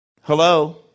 Hello